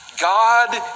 God